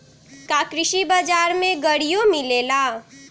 का कृषि बजार में गड़ियो मिलेला?